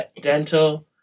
Dental